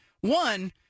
One